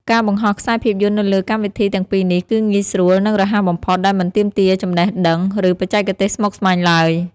ការបង្ហោះខ្សែភាពយន្តនៅលើកម្មវិធីទាំងពីរនេះគឺងាយស្រួល និងរហ័សបំផុត ដែលមិនទាមទារចំណេះដឹង ឬបច្ចេកទេសស្មុគស្មាញឡើយ។